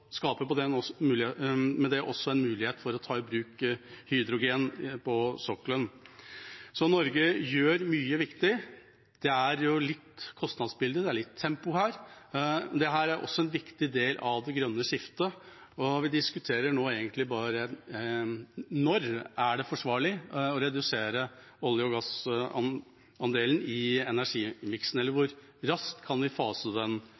skaper med det også en mulighet for å ta i bruk hydrogen på sokkelen. Så Norge gjør mye viktig. Det er et kostnadsbilde, det er litt tempo her. Dette er også en viktig del av det grønne skiftet, og vi diskuterer nå egentlig bare når det er forsvarlig å redusere olje- og gassandelen i energimiksen, eller hvor raskt vi kan fase den